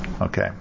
Okay